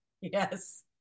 Yes